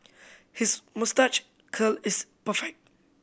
his moustache curl is perfect